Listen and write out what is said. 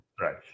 Right